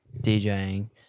djing